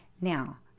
now